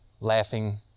laughing